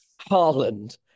Harland